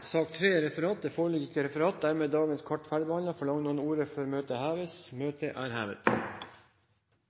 Det foreligger ikke noe referat. Dermed er dagens kart ferdigbehandlet. Forlanger noen ordet før møtet heves? – Møtet er hevet.